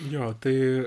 jo tai